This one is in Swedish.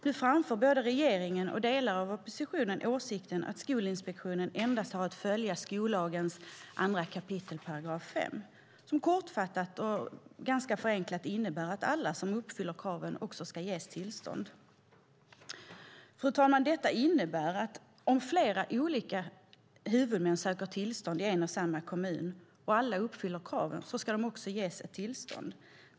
Nu framför både regeringen och delar av oppositionen åsikten att Skolinspektionen endast har att följa skollagens 2 kap. 5 § som kortfattat och ganska förenklat innebär att alla som uppfyller kraven ska ges tillstånd. Fru talman! Detta innebär att om flera olika huvudmän söker tillstånd i en och samma kommun och alla uppfyller kraven ska de ges tillstånd.